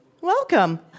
Welcome